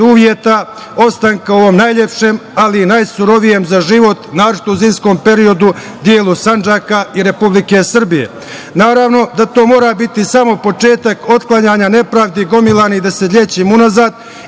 ostanka u ovom najlepšem, ali i najsurovijem za život, naročito u zimskom periodu, delu Sandžaka i Republike Srbije. Naravno da to mora biti samo početak otklanjanja nepravdi gomilanih desetinom godina unazad